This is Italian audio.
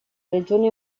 regione